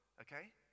Okay